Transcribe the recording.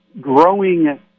growing